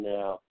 now